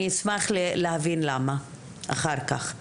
אני אשמח להבין למה אחר כך.